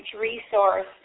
resource